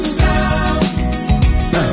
down